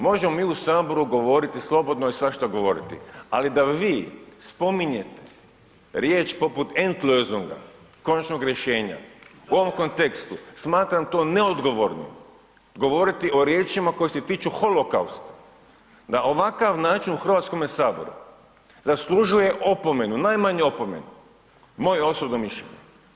Možemo mi u Saboru govoriti slobodno i svašta govoriti ali da vi spominjete riječ poput Endlösung, konačnog rješenja, u ovom kontekstu smatram to neodgovornim govoriti o riječima koje se tiču holokausta, na ovakav način u Hrvatskome saboru zaslužuje opomenu, najmanje opomenu, moje je osobno mišljenje.